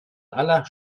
aller